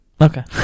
Okay